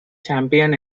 champion